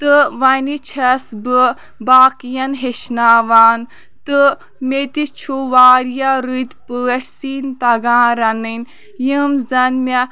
تہٕ وَنہِ چھَس بہٕ باقٕیَن ہیٚچھناوان تہٕ مےٚ تہِ چھُ واریاہ رٕتۍ پٲٹھۍ سِنۍ تَگان رَنٕنۍ یِم زَن مےٚ